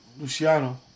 Luciano